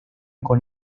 con